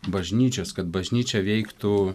bažnyčios kad bažnyčia veiktų